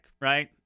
right